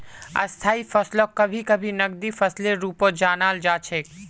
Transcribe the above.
स्थायी फसलक कभी कभी नकदी फसलेर रूपत जानाल जा छेक